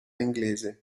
inglese